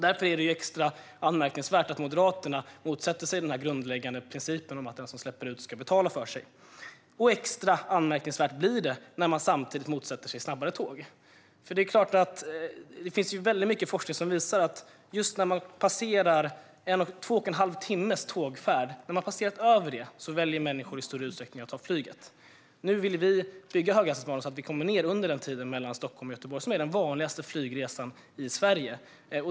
Därför är det extra anmärkningsvärt att Moderaterna motsätter sig den grundläggande principen att den som släpper ut ska betala för sig. Extra anmärkningsvärt blir det när de samtidigt motsätter sig snabbare tåg. Det finns mycket forskning som visar att just när man passerar två och en halv timmes tågfärd väljer människor i större utsträckning att ta flyget. Nu vill vi bygga höghastighetsbanan så att man kommer ned under denna tid mellan Stockholm och Göteborg, som är den vanligaste flygsträcka man reser i Sverige.